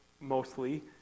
mostly